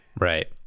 Right